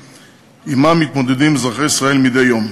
שעמם מתמודדים אזרחי ישראל מדי יום,